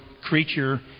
creature